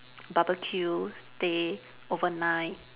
barbecue stay overnight